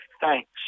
thanks